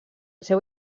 seu